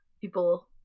people